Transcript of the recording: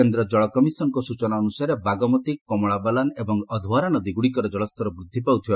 କେନ୍ଦ୍ର ଜଳ କମିଶନ୍ଙ୍କ ସୂଚନା ଅନୁସାରେ ବାଗମତୀ କମଳାବଲାନ ଏବଂ ଅଧୱାରା ନଦୀଗୁଡ଼ିକର ଜଳସ୍ତର ବୃଦ୍ଧି ପାଉଥିବା